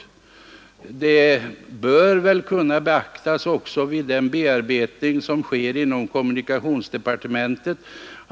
Det bör väl också kunna beaktas vid den bearbetning som sker inom departementet.